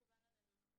מקובל עלינו.